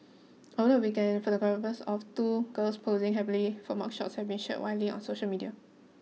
over the weekend photographs of two girls posing happily for mugshots have been shared widely on social media